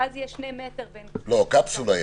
ואז יהיו 2 מטר בין קבוצה לקבוצה.